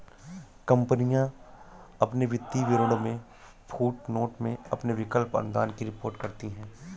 कंपनियां अपने वित्तीय विवरणों में फुटनोट में अपने विकल्प अनुदान की रिपोर्ट करती हैं